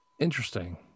interesting